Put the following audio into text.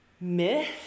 myth